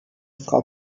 frau